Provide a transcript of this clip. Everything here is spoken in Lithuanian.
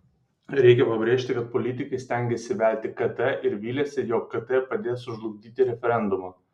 reikia pabrėžti kad politikai stengiasi įvelti kt ir viliasi jog kt padės sužlugdyti referendumą